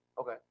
okay